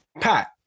Pat